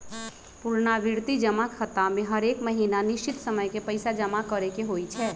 पुरनावृति जमा खता में हरेक महीन्ना निश्चित समय के पइसा जमा करेके होइ छै